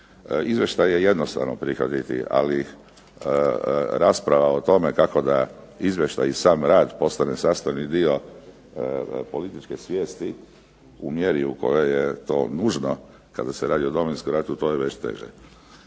Izvještaj je jednostavno prihvatiti, ali rasprava o tome kako izvještaj i sam rad postane sastavni dio političke svijesti u mjeri u kojoj je to nužni kada se radi o Domovinskom ratu, to je već teže.